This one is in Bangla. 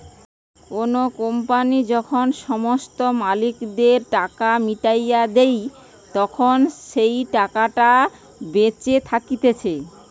কোনো কোম্পানি যখন সমস্ত মালিকদের টাকা মিটাইয়া দেই, তখন যেই টাকাটা বেঁচে থাকতিছে